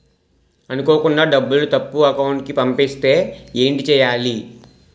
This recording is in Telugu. అనుకోకుండా డబ్బులు తప్పు అకౌంట్ కి పంపిస్తే ఏంటి చెయ్యాలి?